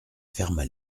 ferma